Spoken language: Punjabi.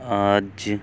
ਅੱਜ